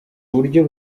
buryo